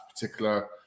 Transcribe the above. particular